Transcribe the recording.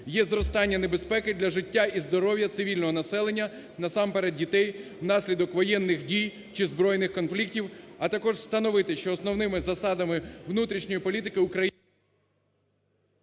є зростання небезпеки для життя і здоров'я цивільного населення, насамперед, дітей внаслідок воєнних дій чи збройних конфліктів, а також встановити, що основними засадами внутрішньої політики України…